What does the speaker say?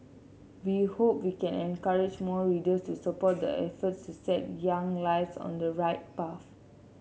we hope we can encourage more readers to support the efforts to set young lives on the right path